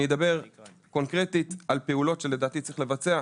אני אדבר קונקרטית על פעולות שלדעתי צריך לבצע.